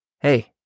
Hey